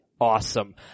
awesome